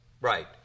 Right